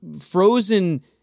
frozen